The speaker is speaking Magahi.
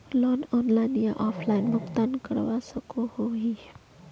लोन ऑनलाइन या ऑफलाइन भुगतान करवा सकोहो ही?